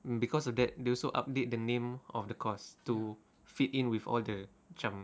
because of that they also update the name of the course to fit in with all the macam